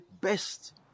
best